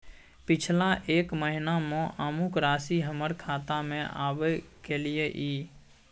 पिछला एक महीना म अमुक राशि हमर खाता में आबय कैलियै इ?